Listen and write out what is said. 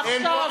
עכשיו,